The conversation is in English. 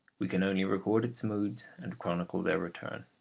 we can only record its moods, and chronicle their return.